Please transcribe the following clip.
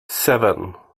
seven